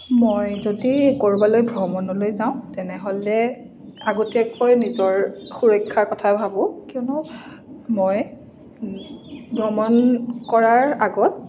মই যদি ক'ৰবালৈ ভ্ৰমণলৈ যাওঁ তেনেহ'লে আগতীয়াকৈ নিজৰ সুৰক্ষাৰ কথা ভাবোঁ কিয়নো মই ভ্ৰমণ কৰাৰ আগত